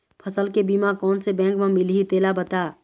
फसल के बीमा कोन से बैंक म मिलही तेला बता?